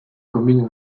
communes